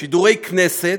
שידורי כנסת,